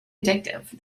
addictive